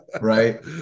right